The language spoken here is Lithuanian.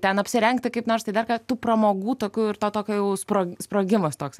ten apsirengti kaip nors tai dar ką tų pramogų tokių ir tokio tokio jau sprogi sprogimas toksai